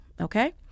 okay